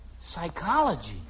Psychology